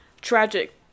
tragic